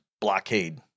blockade